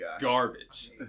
garbage